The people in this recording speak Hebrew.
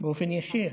באופן ישיר,